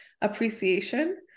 appreciation